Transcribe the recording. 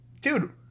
dude